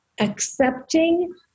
accepting